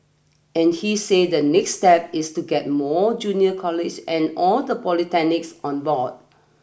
and he say the next step is to get more junior college and all the polytechnics on board